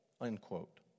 unquote